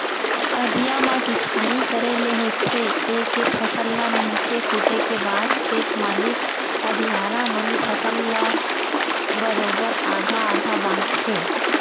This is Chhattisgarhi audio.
अधिया म किसानी करे ले होथे ए के फसल ल मिसे कूटे के बाद खेत मालिक अधियारा मन फसल ल ल बरोबर आधा आधा बांटथें